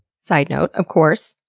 side note of course.